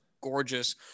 gorgeous